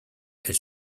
elle